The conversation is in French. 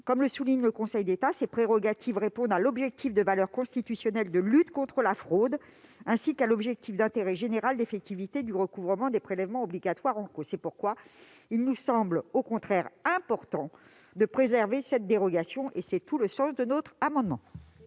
comme le souligne le Conseil d'État, ces prérogatives répondent à l'objectif de valeur constitutionnelle de lutte contre la fraude ainsi qu'à l'objectif d'intérêt général d'effectivité du recouvrement des prélèvements obligatoires en cause. C'est pourquoi il nous semble au contraire important de préserver cette dérogation. Quel est l'avis de la commission